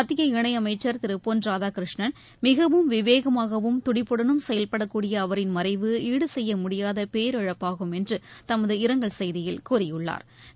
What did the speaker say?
மத்திய இணைஅமைச்சா் திருபொன் ராதாகிருஷ்ணன் மிகவும் விவேகமாகவும் துடிப்புடனும் செயல்படக்கூடியஅவரின் மறைவு ஈடு செய்யமுடியாதபேரிழப்பாகும் என்றுதமது இரங்கல் செய்தியில் கூறியுள்ளா்